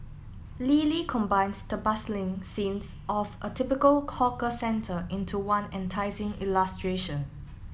Lily combines the bustling scenes of a typical hawker centre into one enticing illustration